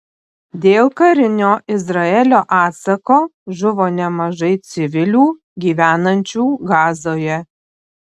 dėl karinio izraelio atsako žuvo nemažai civilių gyvenančių gazoje